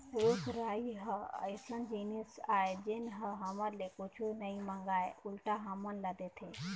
रूख राई ह अइसन जिनिस आय जेन ह हमर ले कुछु नइ मांगय उल्टा हमन ल देथे